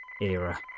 era